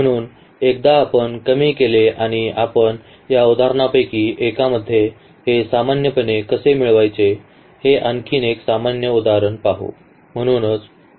म्हणून एकदा आपण कमी केले आणि आपण या उदाहरणांपैकी एकामध्ये हे सामान्यपणे कसे मिळवायचे हे आणखी एक सामान्य उदाहरण पाहू